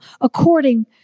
according